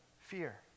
fear